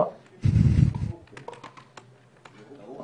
לא גרוע